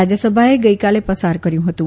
રા યસભાએ ગઈકાલે પસાર કર્યુ હતું